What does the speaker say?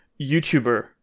YouTuber